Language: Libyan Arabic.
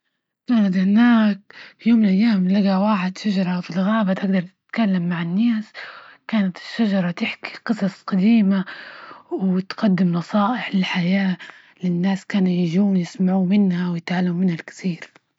كانت هناك فى يوم من الأيام، لجى واحد شجرة في الغابة، تجدرتتكلم مع الناس، كانت الشجرة تحكي قصص قديمة وتقدم نصائح للحياة للناس كانوا يجون يسمعو منها ويتعلمو منها الكثير.